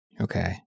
Okay